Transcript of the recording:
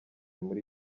muri